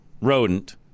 rodent